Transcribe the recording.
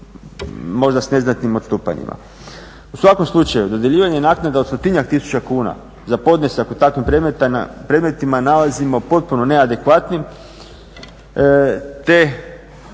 možda s neznatnim odstupanjima. U svakom slučaju dodjeljivanje naknada od stotinjak tisuća kuna za podnesak u takvim predmetima nalazimo potpuno neadekvatnim, te je takvo